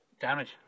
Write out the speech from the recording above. Damage